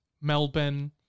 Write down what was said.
Melbourne